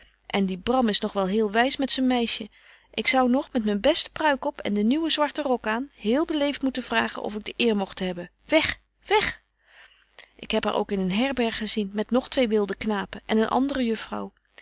en die bram is nog al heel wys met zyn meisje ik zou nog met myn beste pruik op en den nieuwen zwarten rok aan heel beleeft moeten vragen of ik de eer mogt hebben weg weg ik heb haar ook in een herberg gezien met nog twee wilde knapen en een andere juffrouw